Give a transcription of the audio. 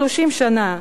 20, 30 שנה,